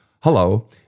Hello